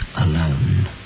alone